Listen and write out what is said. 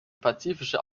pazifische